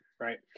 Right